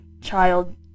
child